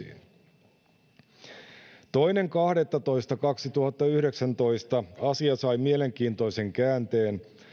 tiettyihin toimenpiteisiin toinen kahdettatoista kaksituhattayhdeksäntoista asia sai mielenkiintoisen käänteen